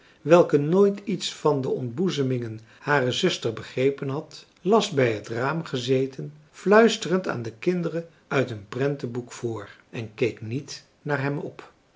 welke nooit iets van de ontboezemingen harer zuster begrepen had las bij het raam gezeten fluisterend aan de kinderen uit een prentenboek voor en keek niet naar hem op